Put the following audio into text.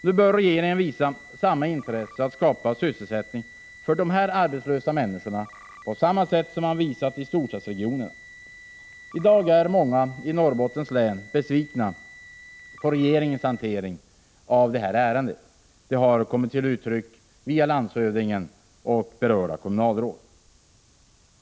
Nu bör regeringen visa ett intresse för att skapa sysselsättning för de här arbetslösa människorna på samma sätt som den har gjort i storstadsregionerna. I dag är många i Norrbottens län besvikna på regeringens hantering av detta ärende. Det har kommit till uttryck via landshövdingen och berörda kommunalråd.